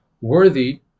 worthy